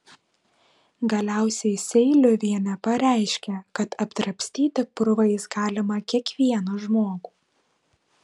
galiausiai seiliuvienė pareiškė kad apdrabstyti purvais galima kiekvieną žmogų